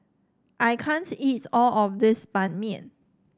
I can't eat all of this Ban Mian